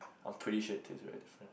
I'm pretty sure it tastes very different